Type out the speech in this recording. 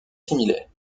similaires